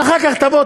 ואחר כך תבוא,